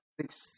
six